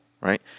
right